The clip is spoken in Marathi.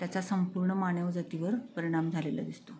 त्याचा संपूर्ण मानव जातीवर परिणाम झालेलं दिसतो